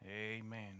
amen